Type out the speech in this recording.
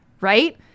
Right